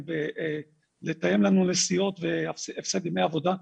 ולתאם לנו נסיעות והפסד ימי עבודה,